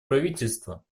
председательство